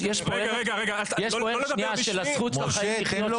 יש פה ערך של הזכות לחיי הקהילות,